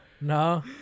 No